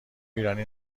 ایرانی